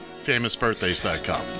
FamousBirthdays.com